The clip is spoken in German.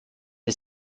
die